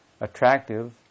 attractive